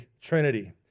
trinity